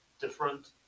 different